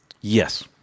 Yes